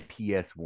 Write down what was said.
PS1